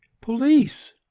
police